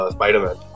Spider-Man